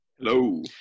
Hello